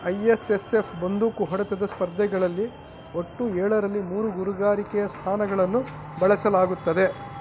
I S S F ಬಂದೂಕು ಹೊಡೆತದ ಸ್ಪರ್ಧೆಗಳಲ್ಲಿ ಒಟ್ಟು ಏಳರಲ್ಲಿ ಮೂರು ಗುರುಗಾರಿಕೆಯ ಸ್ಥಾನಗಳನ್ನು ಬಳಸಲಾಗುತ್ತದೆ